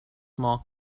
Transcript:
small